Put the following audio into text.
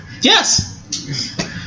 yes